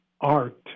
art